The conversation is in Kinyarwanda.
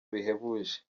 bihebuje